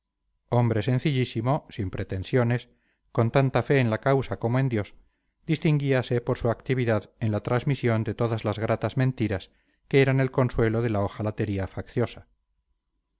hombre sencillísimo sin pretensiones con tanta fe en la causa como en dios distinguíase por su actividad en la transmisión de todas las gratas mentiras que eran el consuelo de la ojalatería facciosa